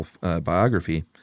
biography